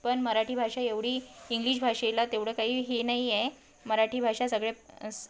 पण मराठी भाषा एवढी इंग्लिश भाषेला तेवढं काही हे नाही आहे मराठी भाषा सगळे स्